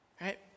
Right